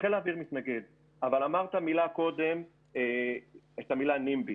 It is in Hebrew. חיל האוויר מתנגד, אבל אמרת קודם את המילה נמב"י.